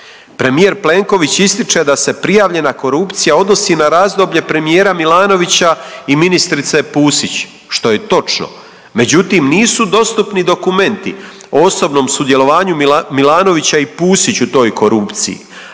Premijer Plenković ističe da se prijavljena korupcija odnosi na razdoblje premijera Milanovića i ministrice Pusić što je točno. Međutim, nisu dostupni dokumenti o osobnom sudjelovanju Milanovića i Pusić u toj korupciji.